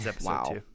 wow